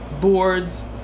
boards